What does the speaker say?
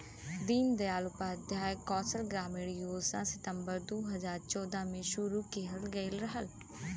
दीन दयाल उपाध्याय कौशल ग्रामीण योजना सितम्बर दू हजार चौदह में शुरू किहल गयल रहल